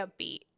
upbeat